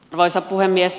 arvoisa puhemies